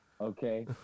okay